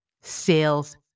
sales